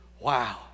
Wow